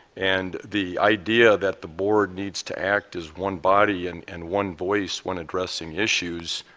and the idea that the board needs to act as one body and and one voice when addressing issues,